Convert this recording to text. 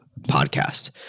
podcast